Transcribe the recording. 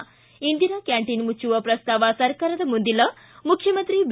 ್ಲಿ Indira canteen ಮುಚ್ಚುವ ಪ್ರಸ್ತಾವ ಸರ್ಕಾರದ ಮುಂದಿಲ್ಲ ಮುಖ್ಯಮಂತ್ರಿ ಬಿ